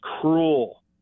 cruel